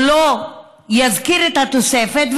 או לא יזכיר את התוספת,